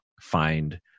find